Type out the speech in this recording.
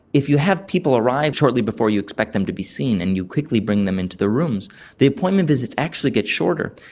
if you have people arrive shortly before you expect them to be seen and you quickly bring them into the rooms the appointment visits actually get shorter.